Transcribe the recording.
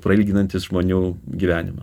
prailginantys žmonių gyvenimą